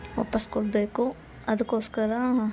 ವಾಪಾಸ್ ಕೊಡಬೇಕು ಅದಕ್ಕೋಸ್ಕರ